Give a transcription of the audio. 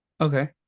okay